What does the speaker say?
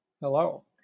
Hello